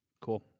Cool